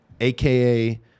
AKA